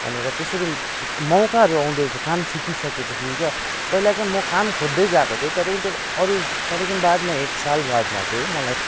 भनेर त्यसरी मौकाहरू आँउदो रहेछ काम सिकिसके पछि क्या पहिला चाहिँ म काम खोज्दै गएको थिएँ त्यहादेखि अरू त्यहाँदेखि बादमा एक साल बादमा चाहिँ मलाई